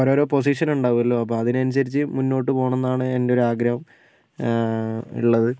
ഓരോരോ പൊസിഷൻ ഉണ്ടാവല്ലോ അപ്പോൾ അതിനനുസരിച്ച് മുന്നോട്ടു പോകണം എന്നാണ് എൻ്റെ ഒരാഗ്രഹം ഉള്ളത്